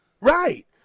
Right